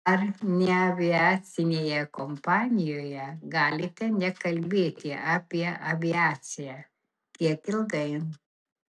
ar neaviacinėje kompanijoje galite nekalbėti apie aviaciją kiek ilgai